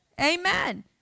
Amen